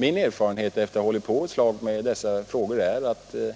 Min erfarenhet, efter att ha hållit på ett tag med dessa frågor, är att så